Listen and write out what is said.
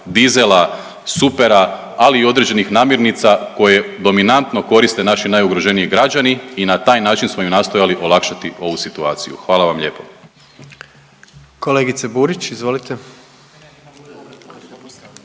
dizela, supera ali i određenih namirnica koje dominantno koriste naši najugroženiji građani i na taj način smo i nastojali olakšati ovu situaciju. Hvala vam lijepo. **Jandroković, Gordan